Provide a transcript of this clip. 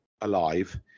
alive